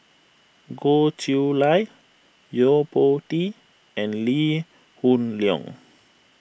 Goh Chiew Lye Yo Po Tee and Lee Hoon Leong